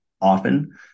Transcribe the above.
often